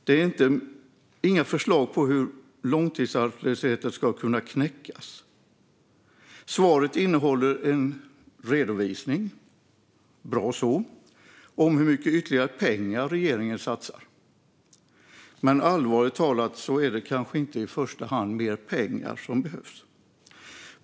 Det finns inga förslag på hur långtidsarbetslösheten ska kunna knäckas. Svaret innehåller en redovisning - gott så - av hur mycket ytterligare pengar regeringen satsar. Men allvarligt talat är det kanske inte i första hand mer pengar som behövs.